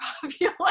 popular